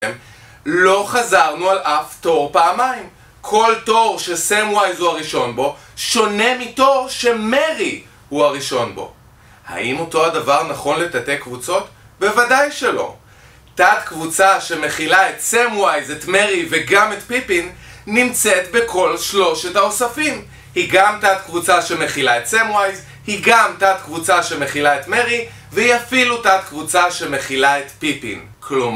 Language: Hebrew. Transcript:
לא חזרנו על אף תור פעמיים, כל תור שסם וויז הוא הראשון בו שונה מתור שמרי הוא הראשון בו. האם אותו הדבר נכון לתתי קבוצות? בוודאי שלא, תת קבוצה שמכילה את סם וויז את מרי וגם את פיפין נמצאת בכל שלושת האוספים. היא גם תת קבוצה שמכילה את סם וויז, היא גם תת קבוצה שמכילה את מרי, והיא אפילו תת קבוצה שמכילה את פיפין. כלו...